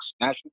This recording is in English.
national